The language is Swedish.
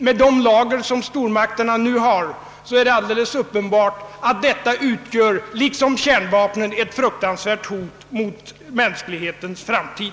Med de lager som stormakterna nu har är det alldeles uppenbart att dessa medel — liksom kärnvapnen — utgör ett fruktansvärt hot mot mänsklighetens framtid.